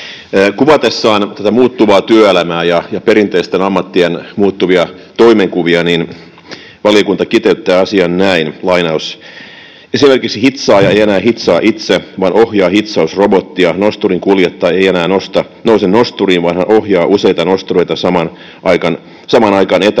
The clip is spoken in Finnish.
Kuvatessaan tätä muuttuvaa työelämää ja perinteisten ammattien muuttuvia toimenkuvia valiokunta kiteyttää asian näin: ”Esimerkiksi hitsaaja ei enää hitsaa itse, vaan ohjaa hitsausrobottia, nosturin kuljettaja ei enää nouse nosturiin, vaan hän ohjaa useita nostureita samaan aikaan etäohjauksella.